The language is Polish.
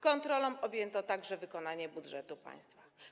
Kontrolą objęto także wykonanie budżetu państwa.